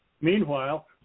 Meanwhile